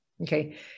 Okay